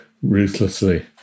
ruthlessly